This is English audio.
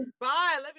Bye